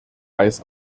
weiß